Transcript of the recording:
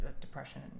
depression